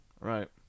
Right